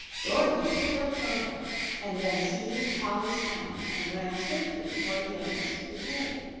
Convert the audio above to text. dorothy picked up toto and then seized polly's hand and ran swiftly toward the entrance to the cave.